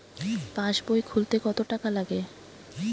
পাশবই খুলতে কতো টাকা লাগে?